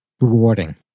rewarding